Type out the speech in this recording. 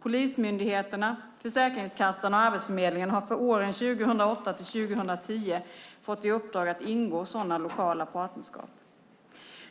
Polismyndigheterna, Försäkringskassan och Arbetsförmedlingen har för åren 2008-2010 fått i uppdrag att ingå sådana lokala partnerskap.